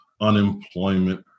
unemployment